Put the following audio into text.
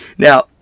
Now